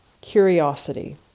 curiosity